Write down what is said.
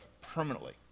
permanently